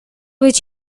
which